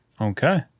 Okay